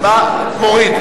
להוריד.